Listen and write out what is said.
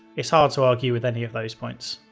it's hard to argue with any of those points.